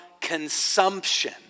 consumption